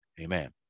amen